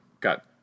got